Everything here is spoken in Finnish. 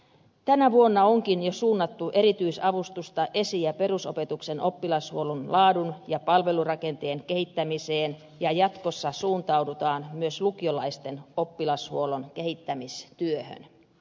tänä vuonna onkin jo suunnattu erityisavustusta esi ja perusopetuksen oppilashuollon laadun ja palvelurakenteen kehittämiseen ja jatkossa suuntaudutaan myös lukiolaisten oppilashuollon kehittämistyöhön